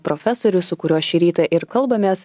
profesorius su kuriuo šį rytą ir kalbamės